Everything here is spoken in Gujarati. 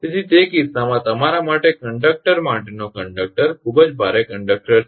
તેથી તે કિસ્સામાં તમારા માટે કંડકટર માટેનો કંડકટર ખૂબ જ ભારે કંડકટર છે